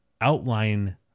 outline